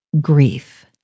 grief